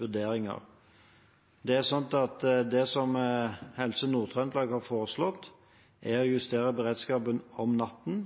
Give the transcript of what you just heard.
vurderinger. Det Helse Nord-Trøndelag har foreslått, er å justere beredskapen om natten